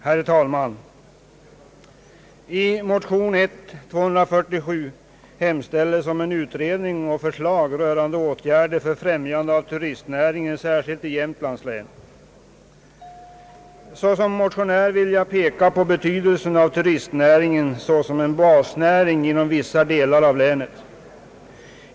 Herr talman! I motion 1I:247 hemställdes om utredning och förslag rörande åtgärder för främjande av turistnäringen särskilt inom Jämtlands län. Såsom motionär vill jag peka på betydelsen av turistnäringen som en basnäring inom vissa delar av länet.